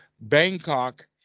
Bangkok